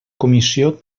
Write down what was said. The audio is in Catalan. comissió